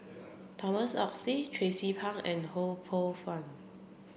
Thomas Oxley Tracie Pang and Ho Poh Fun